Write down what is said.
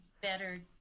better